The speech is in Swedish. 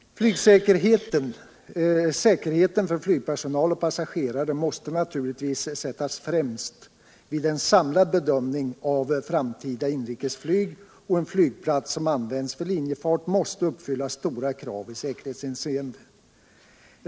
Flygsäkerheten, säkerheten för flygpersonal och passagerare, måste naturligtvis sättas främst vid en samlad bedömning av framtida inrikesflyg, och en flygplats som används för linjefart måste uppfylla stora krav i säkerhetshänseende.